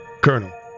Colonel